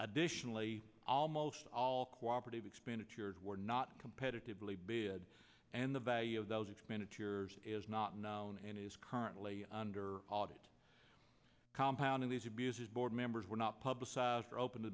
additionally almost all cooperative expenditure were not competitively bid and the value of those expenditures is not known and is currently under audit compound of these abuses board members were not publicized or open to